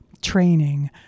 training